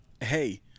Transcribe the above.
hey